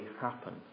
happen